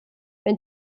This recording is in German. wenn